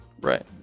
Right